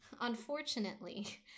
unfortunately